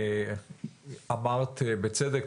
אמרת בצדק,